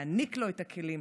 להעניק לו את הכלים,